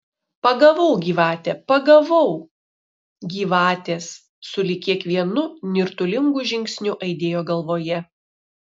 pagavau gyvate pagavau gyvatės sulig kiekvienu nirtulingu žingsniu aidėjo galvoje